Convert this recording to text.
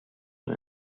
and